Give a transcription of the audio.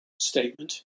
statement